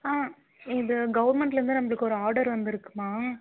ஆ இது கவர்மெண்ட்டிலேருந்து நம்மளுக்கு ஒரு ஆடர் வந்திருக்கும்மா